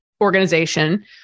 organization